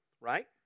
Right